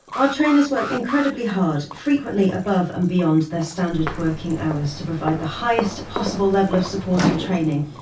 ah trainers work incredibly hard, frequently above and beyond their standard working hours, to provide the highest possible level of support and training.